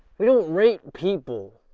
we don't rape people.